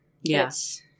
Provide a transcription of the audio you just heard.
Yes